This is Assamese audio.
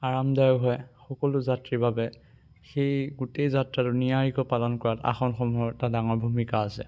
আৰামদায়ক হয় সকলো যাত্ৰীৰ বাবে সেই গোটেই যাত্ৰাটো নিয়াৰিকৈ পালন কৰাত আসনসমূহৰ এটা ডাঙৰ ভূমিকা আছে